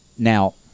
Now